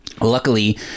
Luckily